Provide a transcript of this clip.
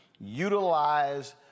utilize